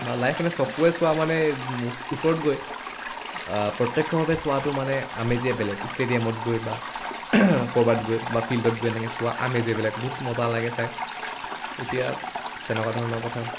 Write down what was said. live মানে চকুৱে চোৱা মানে ওচৰত গৈ প্ৰত্যেক্ষভাৱে চোৱাটো মানে আমেজেই বেলেগ ষ্টেডিয়ামত গৈ বা ক'ৰবাত গৈ বা ফিল্ডত গৈ এনেকৈ চোৱা আমেজেই বেলেগ বহুত মজা লাগে চাই এতিয়া তেনেকুৱা ধৰণৰ কথা